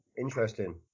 interesting